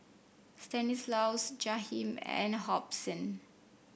Stanislaus Jahiem and Hobson